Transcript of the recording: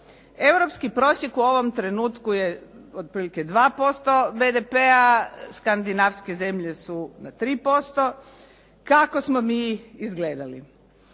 Europski prosjek u ovom trenutku je otprilike 2% BDP-a, skandinavske zemlje su na 3%. Kako smo mi izgledali?